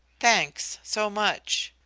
thanks, so much,